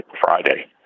Friday